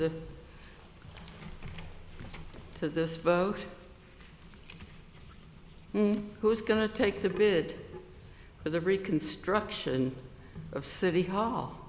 the to this vote who's going to take the bid for the reconstruction of city hall